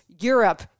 Europe